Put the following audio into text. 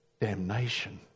damnation